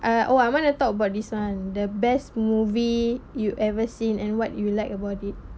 uh oh I want to talk about this one the best movie you ever seen and what you like about it